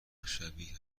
شبیه